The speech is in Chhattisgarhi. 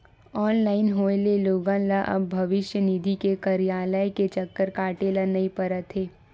ऑनलाइन होए ले लोगन ल अब भविस्य निधि के कारयालय के चक्कर काटे ल नइ परत हे